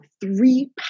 three